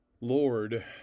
Lord